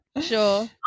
Sure